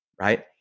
right